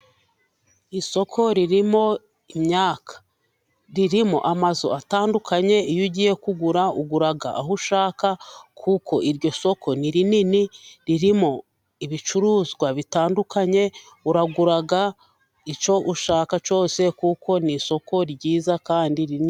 Isoko ririmo imyaka, ririmo amazu atandukanye. Iyo ugiye kugura ugura aho ushaka kuko iryo soko ni rinini ririmo ibicuruzwa bitandukanye. Ugura icyo ushaka cyose kuko ni isoko ryiza kandi rinini.